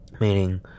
meaning